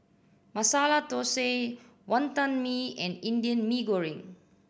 Masala Thosai Wonton Mee and Indian Mee Goreng